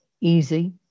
easy